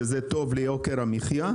שזה יוקר המחיה.